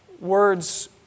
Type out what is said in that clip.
words